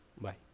Bye